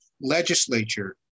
legislature